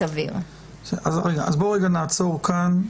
בואו נעצור כאן,